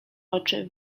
oczy